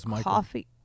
coffee